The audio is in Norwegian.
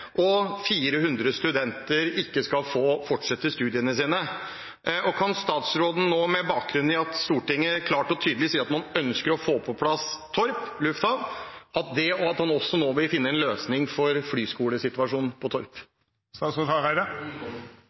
at 400 studenter ikke skal få fortsette studiene sine. Kan statsråden nå, med bakgrunn i at Stortinget klart og tydelig sier at man ønsker å få på plass Torp lufthavn, finne en løsning for flyskolesituasjonen på Torp